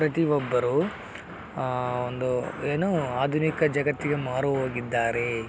ಪ್ರತಿ ಒಬ್ಬರು ಒಂದು ಏನು ಆಧುನಿಕ ಜಗತ್ತಿಗೆ ಮಾರು ಹೋಗಿದ್ದಾರೆ